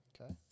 Okay